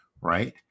right